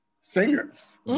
singers